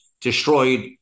destroyed